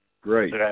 Great